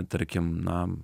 tarkim na